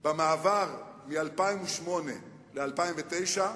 במעבר מ-2008 ל-2009,